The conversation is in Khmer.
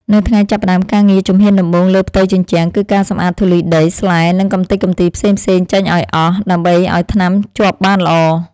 នៅថ្ងៃចាប់ផ្ដើមការងារ ជំហានដំបូងលើផ្ទៃជញ្ជាំងគឺការសម្អាតធូលីដី ស្លែ និងកម្ទេចកម្ទីផ្សេងៗចេញឱ្យអស់ ដើម្បីឱ្យថ្នាំជាប់បានល្អ។